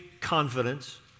confidence